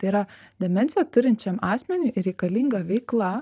tai yra demenciją turinčiam asmeniui reikalinga veikla